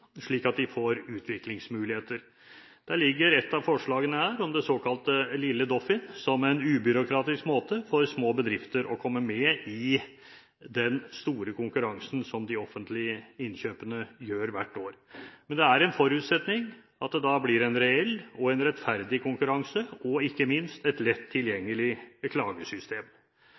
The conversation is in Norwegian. slik at de får utviklingsmuligheter. Da ligger ett av forslagene her, om det såkalte Lille Doffin, som en ubyråkratisk måte for små bedrifter å komme med i den store konkurransen som de offentlige innkjøpene utgjør hvert år. Men det er en forutsetning at det da blir en reell og rettferdig konkurranse og ikke minst et lett tilgjengelig